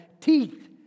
teeth